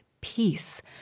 peace